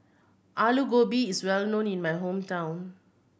Alu Gobi is well known in my hometown